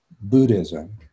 Buddhism